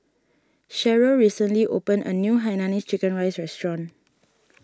Sheryll recently opened a new Hainanese Chicken Rice restaurant